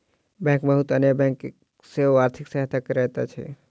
bank बहुत अन्य bank के सेहो आर्थिक सहायता करैत अछि